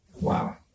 wow